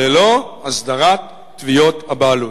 ללא הסדרת תביעות הבעלות.